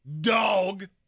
dog